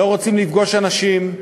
לא רוצים לפגוש אנשים,